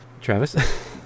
Travis